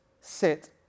sit